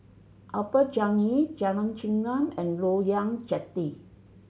Upper Changi Jalan Chengam and Loyang Jetty